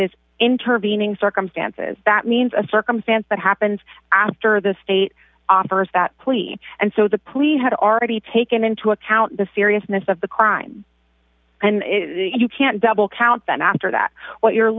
is intervening circumstances that means a circumstance that happens after the state offers that plea and so the police had already taken into account the seriousness of the crime and you can't double count then after that what you're